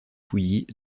pouilly